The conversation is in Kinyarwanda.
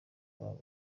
babo